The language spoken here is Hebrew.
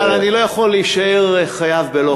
אבל אני לא יכול להישאר חייב בלא כלום.